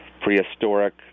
prehistoric